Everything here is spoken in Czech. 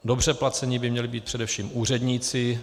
Dobře placeni by měli být především úředníci.